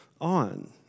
on